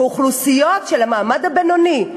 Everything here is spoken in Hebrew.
ייאלצו להיאבק באוכלוסיות של המעמד הבינוני,